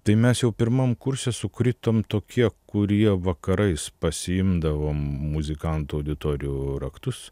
tai mes jau pirmam kurse sukritom tokie kurie vakarais pasiimdavom muzikanto auditorių raktus